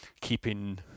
keeping